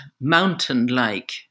mountain-like